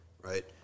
right